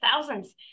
thousands